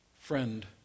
friend